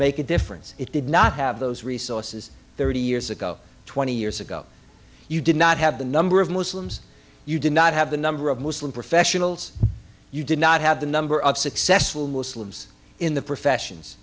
make a difference it did not have those resources thirty years ago twenty years ago you did not have the number of muslims you did not have the number of muslim professionals you did not have the number of successful muslims in the professions